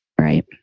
Right